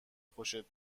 خوشت